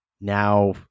now